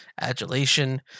adulation